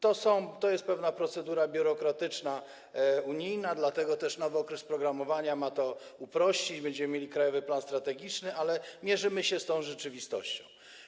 To jest pewna unijna procedura biurokratyczna, dlatego też nowy okres programowania ma to uprościć, będziemy mieli krajowy plan strategiczny, ale mierzymy się z tą rzeczywistością.